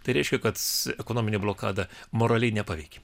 tai reiškia kad ekonominė blokada moraliai nepaveikė